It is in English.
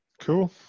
Cool